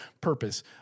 purpose